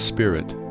Spirit